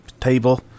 table